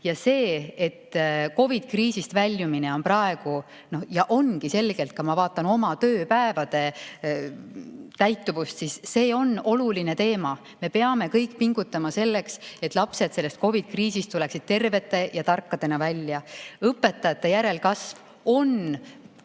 Ja see, et COVID‑kriisist väljumine on praegu – ja ongi selgelt, ma vaatan oma tööpäevade täitumust – oluline teema, me peame kõik pingutama selleks, et lapsed sellest COVID‑kriisist tuleksid tervete ja tarkadena välja. Õpetajate järelkasv on